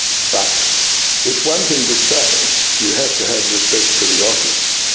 but it's one thing to say you have to have respect for the office,